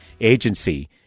agency